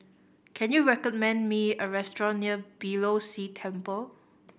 can you recommend me a restaurant near Beeh Low See Temple